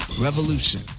revolution